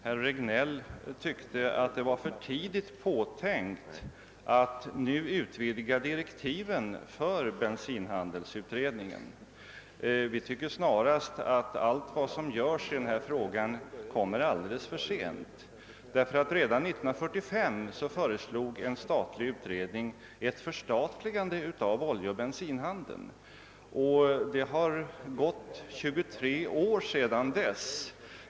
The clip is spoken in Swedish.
Herr talman! Herr Regnéll tyckte att det var för tidigt påtänkt att nu utvidga direktiven för bensinhandelsutredningen. Vi tycker snarast att allt vad som görs i denna fråga kommer alldeles för sent. Redan 1945 föreslog en statlig utredning ett förstatligande av oljeoch bensinhandeln. Det har gått 23 år sedan dess.